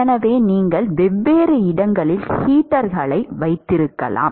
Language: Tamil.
எனவே நீங்கள் வெவ்வேறு இடங்களில் ஹீட்டர்களை வைத்திருக்கிறீர்கள்